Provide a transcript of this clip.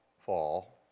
fall